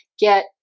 get